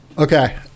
Okay